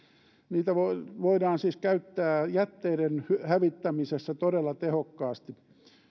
niitä voidaan siis käyttää jätteiden hävittämisessä todella tehokkaasti